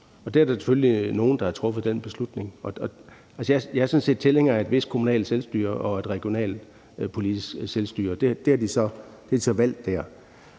der er der selvfølgelig nogle, der har truffet den beslutning. Jeg er sådan set tilhænger af et vist kommunalt selvstyre og et regionalt politisk selvstyre. Det har de så valgt dér.